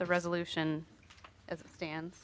the resolution as it stands